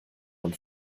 man